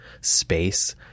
space